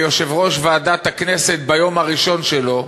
ויושב-ראש ועדת הכנסת, ביום הראשון שלו,